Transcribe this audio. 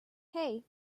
hey